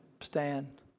stand